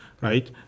right